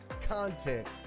content